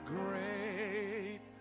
great